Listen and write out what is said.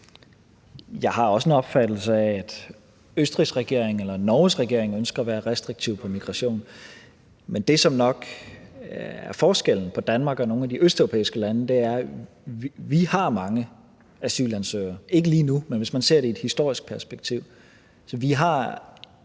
Jeg har også en opfattelse af, at Østrigs regering og Norges regering ønsker at være restriktive med hensyn til migration, men det, som nok er forskellen på Danmark og nogle af de østeuropæiske lande, er, at vi har mange asylansøgere – ikke lige nu, men hvis man ser det i et historisk perspektiv – så vi har